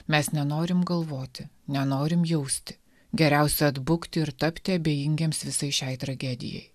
mes nenorim galvoti nenorim jausti geriausia atbukti ir tapti abejingiems visai šiai tragedijai